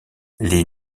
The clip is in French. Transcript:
les